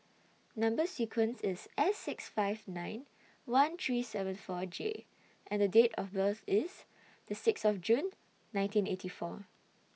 Number sequence IS S six five nine one three seven four J and Date of birth IS The six of June nineteen eighty four